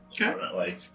Okay